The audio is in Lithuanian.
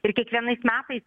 ir kiekvienais metais